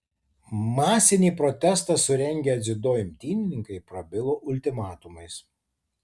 masinį protestą surengę dziudo imtynininkai prabilo ultimatumais